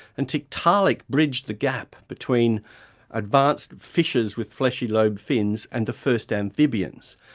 and tiktaalik bridged the gap between advanced fishes with flashy-lobed fins and the first amphibians.